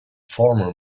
former